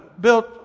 built